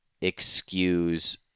excuse